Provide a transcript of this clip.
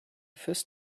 fürs